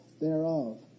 thereof